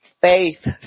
Faith